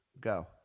Go